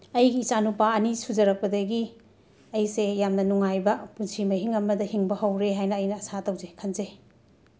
ꯑꯩꯒꯤ ꯏꯆꯥꯅꯨꯄꯥ ꯑꯅꯤ ꯁꯨꯖꯔꯛꯄꯗꯒꯤ ꯑꯩꯁꯦ ꯌꯥꯝꯅ ꯅꯨꯉꯥꯏꯕ ꯄꯨꯟꯁꯤ ꯃꯍꯤꯡ ꯑꯃꯗ ꯍꯤꯡꯕ ꯍꯧꯔꯦ ꯍꯥꯏꯅ ꯑꯩꯅ ꯑꯁꯥ ꯇꯧꯖꯩ ꯈꯟꯖꯩ